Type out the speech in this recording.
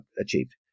achieved